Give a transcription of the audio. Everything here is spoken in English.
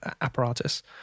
apparatus